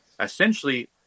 Essentially